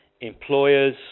employers